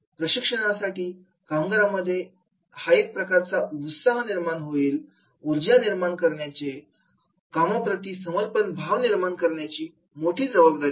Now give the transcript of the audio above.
प्रशिक्षणासाठी कामगारांमध्ये हा एक प्रकारचा उत्साह निर्माण करण्याचे ऊर्जा निर्माण करण्याचे कामाप्रती समर्पण भाव निर्माण करण्याचे मोठी जबाबदारी असते